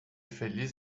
feliz